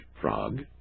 frog